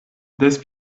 des